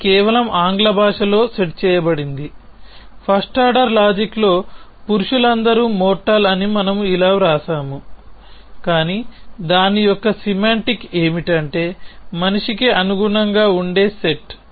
అది కేవలం ఆంగ్ల భాషలో సెట్ చేయబడింది ఫస్ట్ ఆర్డర్ లాజిక్ లో పురుషులందరూ మోర్టల్ అని మనము ఇలా వ్రాస్తాము కాని దాని యొక్క సెమాంటిక్ ఏమిటంటే మనిషికి అనుగుణంగా ఉండే సెట్